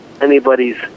anybody's